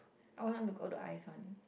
I want to go the ice one